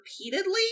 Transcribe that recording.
repeatedly